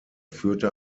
führte